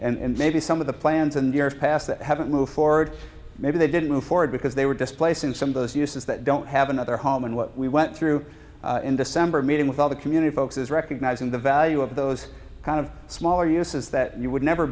home and maybe some of the plans in the past that haven't moved forward maybe they didn't move forward because they were displaced in some of those uses that don't have another home and what we went through in december meeting with all the community folks is recognizing the value of those kind of smaller uses that you would never